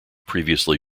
previously